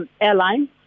airline